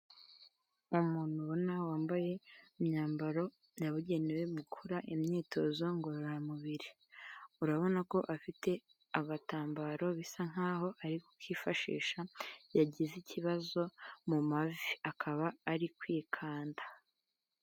Umuntu ubona wambaye imyambaro yabugenewe mu gukora imyitozo ngororamubiri, urabona ko afite agatambaro bisa nk'aho ari ku kifashisha, yagize ikibazo mu mavi, akaba ari kwikanda.